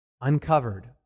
uncovered